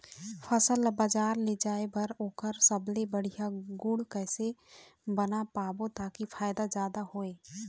फसल ला बजार ले जाए बार ओकर सबले बढ़िया गुण कैसे बना पाबो ताकि फायदा जादा हो?